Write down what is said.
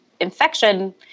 infection